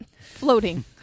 floating